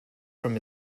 from